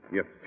Yes